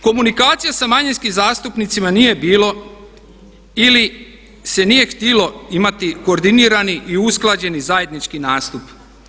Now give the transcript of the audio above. Komunikacije sa manjinskim zastupnicima nije bila ili se nije htjelo imati koordinirani i usklađeni zajednički nastup.